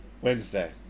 Wednesday